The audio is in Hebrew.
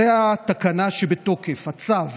זו התקנה שבתוקף, הצו.